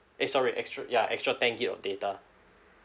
eh sorry extra yeah extra ten G_B of data